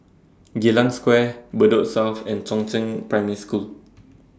Geylang Square Bedok South and Chongzheng Primary School